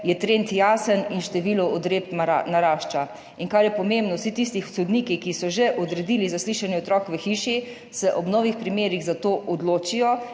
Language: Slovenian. je trend jasen in število odredb narašča. In kar je pomembno, vsi tisti sodniki, ki so že odredili zaslišanje otrok v hiši, se ob novih primerih za to odločijo